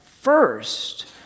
first